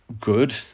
good